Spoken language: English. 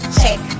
check